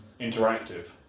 interactive